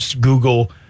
Google